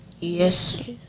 Yes